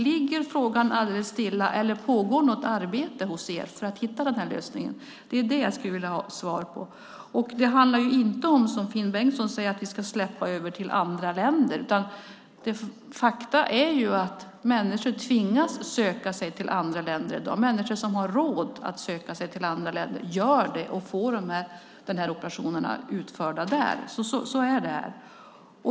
Ligger den stilla, eller pågår något arbete hos er för att hitta den här lösningen? Det skulle jag vilja ha svar på. Det handlar inte om att vi, som Finn Bengtsson säger, ska släppa över detta till andra länder. Fakta är att människor i dag tvingas söka sig till andra länder. De som har råd att söka sig till andra länder gör det och får operationer utförda där. Så är det.